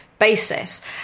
basis